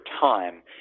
time